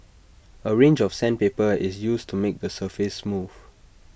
A range of sandpaper is used to make the surface smooth